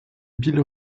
bill